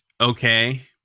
okay